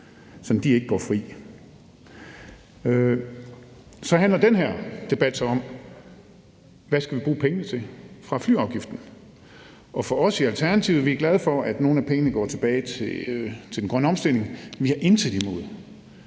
at de ikke går fri. Så handler den her debat om, hvad vi skal bruge pengene fra flyafgiften til, og i Alternativet er vi glade for, at nogle af pengene går tilbage til den grønne omstilling. Vi har intet imod,